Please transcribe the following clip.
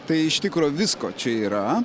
tai iš tikro visko čia yra